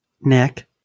Nick